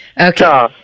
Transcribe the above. Okay